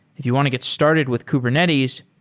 if you want to get started with kubernetes,